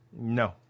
No